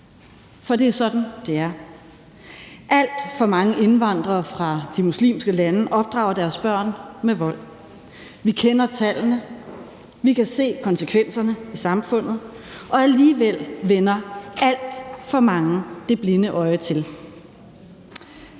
For det er sådan, det er. Alt for mange indvandrere fra de muslimske lande opdrager deres børn med vold. Vi kender tallene. Vi kan se konsekvenserne i samfundet, og alligevel vender alt for mange det blinde øje til.